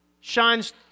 shines